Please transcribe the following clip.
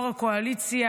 יו"ר הקואליציה,